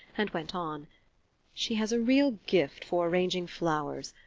and went on she has a real gift for arranging flowers.